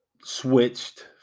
switched